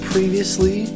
Previously